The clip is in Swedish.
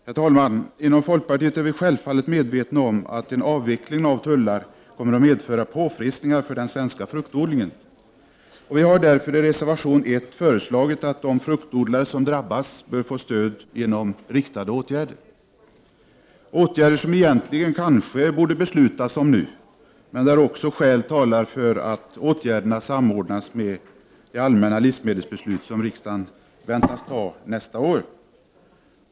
Herr talman! Inom folkpartiet är vi självfallet medvetna om att en avveckling av tullen kommer att medföra påfrestningar för den svenska fruktodlingen, och vi har därför i reservation 1 föreslagit att de fruktodlare som drabbas bör få stöd genom riktade åtgärder. Åtgärderna borde egentligen beslutas nu, men skäl talar för att ett sådant beslut samordnas med det allmänna livsmedelsbeslut som riksdagen väntas fatta nästa år.